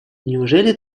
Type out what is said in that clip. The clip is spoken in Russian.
неужели